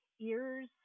ears